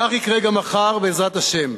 כך יקרה גם מחר, בעזרת השם.